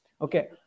Okay